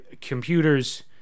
computers